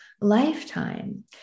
lifetime